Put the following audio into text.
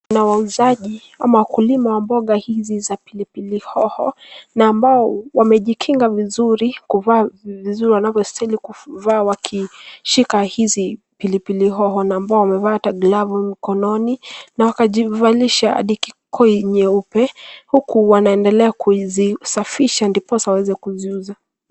Kuna wauzaji ama wakulima wa mboga hizi za pilipili hoho na ambao wamejikinga vizuri, kuvaa vizuri wanavyostahili kuvaa wakishika hizi pilipili hoho na ambao wamevaa hata glavu mkononi na wakajivalisha hadi kikoi nyeupe huku wanaendelea kuzisafisha ndiposa waweze kuziuza.